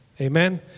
Amen